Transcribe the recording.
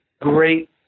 great